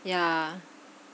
yeah